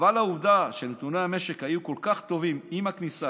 אבל העובדה שנתוני המשק היו כל כך טובים עם הכניסה